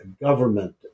government